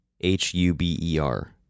H-U-B-E-R